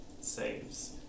saves